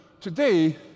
today